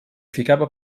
ficava